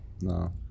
No